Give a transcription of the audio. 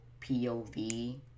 pov